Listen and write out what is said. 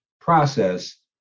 process